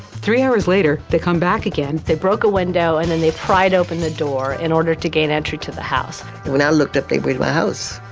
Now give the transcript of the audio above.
three hours later they come back again. they broke a window and then they pried open a door in order to gain entry to the house. and when i looked up, they were in my house.